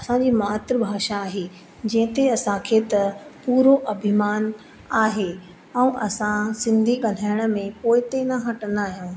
असांजी मातृ भाषा आहे जंहिंते त असांखे त पूरो अभिमान आहे ऐं असां सिंधी ॻाल्हाइण में पोइते न हटंदा आहियूं